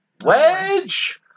Wedge